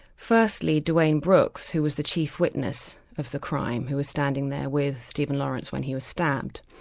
firstly, dwayne brooks, who was the chief witness of the crime, who was standing there with stephen lawrence when he was stabbed,